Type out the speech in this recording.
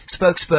Spokesperson